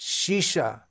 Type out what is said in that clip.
shisha